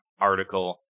article